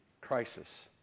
crisis